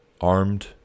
armed